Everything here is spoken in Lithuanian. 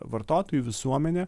vartotojų visuomenė